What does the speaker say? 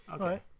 okay